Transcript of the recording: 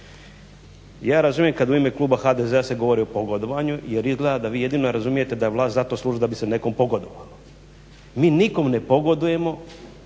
Ja razumijem kad u ime kluba HDZ-a se govori o pogodovanju, jer izgleda da vi jedino razumijete da vlast za to služi da bi se nekome pogodovalo. Mi nikome ne pogodujemo